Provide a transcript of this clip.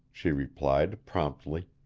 she replied promptly,